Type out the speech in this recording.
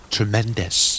Tremendous